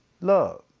love